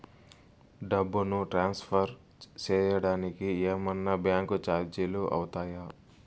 డబ్బును ట్రాన్స్ఫర్ సేయడానికి ఏమన్నా బ్యాంకు చార్జీలు అవుతాయా?